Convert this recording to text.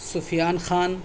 Sufiyan Khan